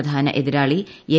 പ്രധാന എതിരാളി എം